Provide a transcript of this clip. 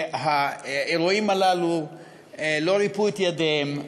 שהאירועים הללו לא ריפו את ידיהם,